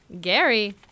Gary